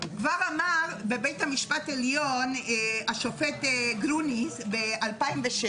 כבר אמר בבית המשפט העליון השופט גרוניס ב-2006,